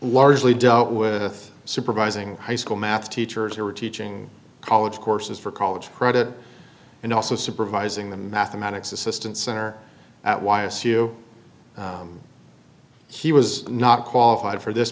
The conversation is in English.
largely dealt with supervising high school math teachers who were teaching college courses for college credit and also supervising the mathematics assistant center at why a c e o he was not qualified for this